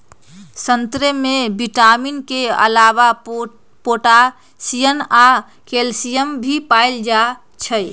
संतरे में विटामिन के अलावे पोटासियम आ कैल्सियम भी पाएल जाई छई